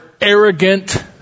arrogant